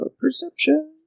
Perception